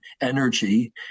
energy